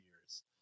years